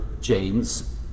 James